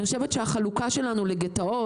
אני חושבת שהחלוקה שלנו לגטאות,